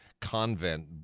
convent